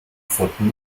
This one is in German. pfoten